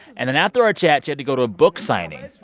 and then after our chat, she had to go to a book signing.